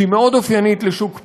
שהיא מאוד אופיינית לשוק פרטי,